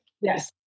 Yes